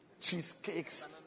cheesecakes